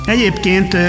Egyébként